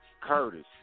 Curtis